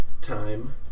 Time